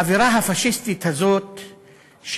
האווירה הפאשיסטית הזאת,